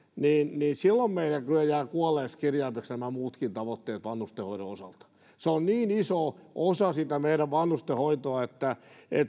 niin niin silloin meillä kyllä jäävät kuolleeksi kirjaimeksi nämä muutkin tavoitteet vanhustenhoidon osalta se on niin iso osa sitä meidän vanhustenhoitoa että